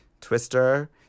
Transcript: twister